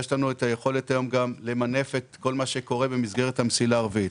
יש לנו את היכולת היום גם למנף את כל מה שקורה במסגרת המסילה הרביעית.